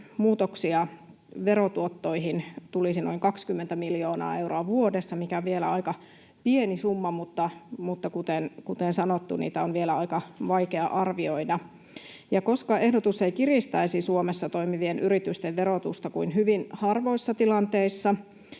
muutoksia verotuottoihin tulisi noin 20 miljoonaa euroa vuodessa, mikä on vielä aika pieni summa, mutta kuten sanottu, niitä on vielä aika vaikea arvioida. Ja koska ehdotus ei kiristäisi Suomessa toimivien yritysten verotusta kuin hyvin harvoissa tilanteissa,